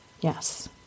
Yes